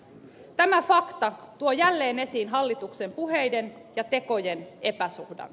tämä fakta tuo jälleen esiin hallituksen puheiden ja tekojen epäsuhdan